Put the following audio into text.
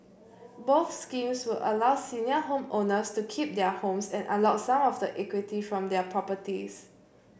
both schemes would allow senior homeowners to keep their homes and unlock some of the equity from their properties